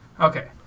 Okay